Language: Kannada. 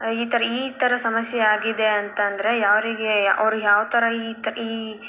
ಈ ಥರ ಈ ಥರ ಸಮಸ್ಯೆ ಆಗಿದೆ ಅಂತ ಅಂದರೆ ಅವ್ರಿಗೆ ಅವ್ರು ಯಾವ ಥರ ಈ